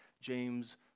james